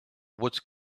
was